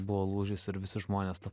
buvo lūžis ir visi žmonės tą